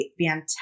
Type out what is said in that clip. fantastic